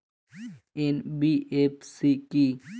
NBFC কী?